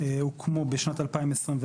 הוקמו בשנת 2021,